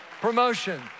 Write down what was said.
Promotion